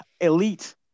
elite